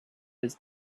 his